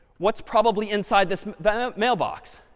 what's probably inside this but mailbox?